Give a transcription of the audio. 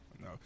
no